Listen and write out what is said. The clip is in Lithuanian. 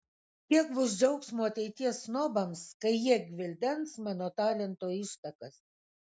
kiek bus džiaugsmo ateities snobams kai jie gvildens mano talento ištakas